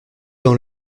dans